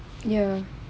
ya